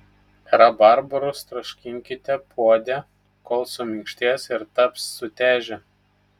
rabarbarus troškinkite puode kol suminkštės ir taps sutežę